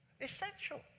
Essential